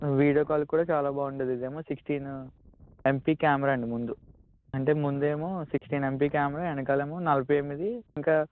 video call కూడా చాలా బాగుంటుంది ఇదేమో సిక్స్టీన్ ఎంపీ కెమరా అండి ముందు అంటే ముందేమో సిక్స్టీన్ ఎంపీ కెమరా వెనక ఏమో నలభై ఎనిమిది ఇంకా